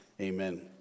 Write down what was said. Amen